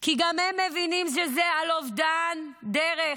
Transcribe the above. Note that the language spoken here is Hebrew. כי גם הם מבינים שזה על אובדן דרך,